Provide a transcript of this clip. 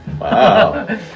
Wow